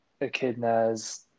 echidna's